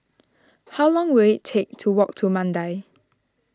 how long will it take to walk to Mandai